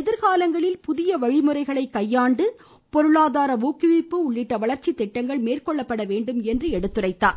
எதிர்காலங்களில் புதிய வழிமுறைகளை கையாண்டு பொருளாதார ஊக்குவிப்பு உள்ளிட்ட வளர்ச்சி திட்டங்கள் மேற்கொள்ளப்பட வேண்டும் என்று எடுத்துரைத்தார்